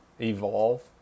evolve